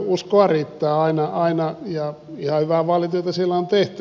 uskoa riittää aina ja ihan hyvää vaalityötä siellä on tehty